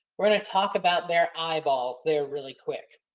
we're going to talk about their eyeballs, there really quick.